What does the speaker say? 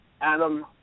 Adam